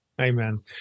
Amen